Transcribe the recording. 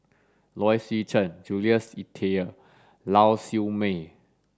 Low Swee Chen Jules Itier Lau Siew Mei